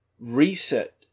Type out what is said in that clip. reset